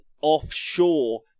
offshore